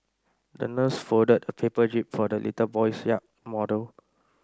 the nurse folded a paper jib for the little boy's yacht model